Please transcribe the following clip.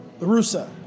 LaRusa